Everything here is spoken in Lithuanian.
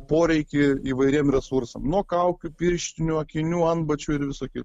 poreikį įvairiem resursam nuo kaukių pirštinių akinių antbačių ir visa kita